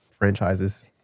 franchises